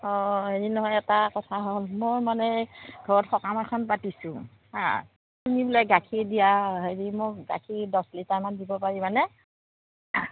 অঁ হেৰি নহয় এটা কথা হ'ল মই মানে ঘৰত সকাম এখন পাতিছোঁ হাঁ তুমি বোলে গাখীৰ দিয়া হেৰি মোক গাখীৰ দহ লিটাৰমান দিব পাৰিবানে